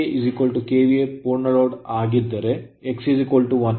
KVA KVA ಪೂರ್ಣ load ಆಗಿದ್ದರೆ ಆಗ x 1